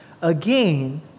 Again